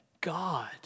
God